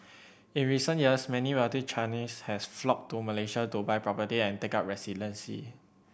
in recent years many wealthy Chinese has flocked to Malaysia to buy property and take up residency